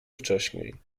wcześniej